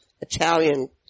Italian